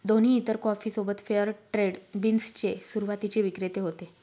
दोन्ही इतर कॉफी सोबत फेअर ट्रेड बीन्स चे सुरुवातीचे विक्रेते होते